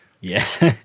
Yes